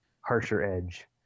harsher-edge